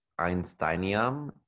einsteinium